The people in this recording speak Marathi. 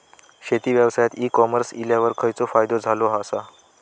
शेती व्यवसायात ई कॉमर्स इल्यावर खयचो फायदो झालो आसा?